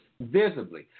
visibly